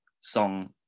song